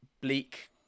bleak